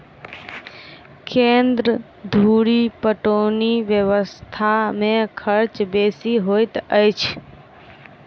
केन्द्र धुरि पटौनी व्यवस्था मे खर्च बेसी होइत अछि